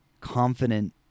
confident